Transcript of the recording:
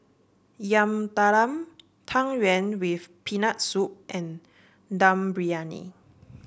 Yam Talam Tang Yuen with Peanut Soup and Dum Briyani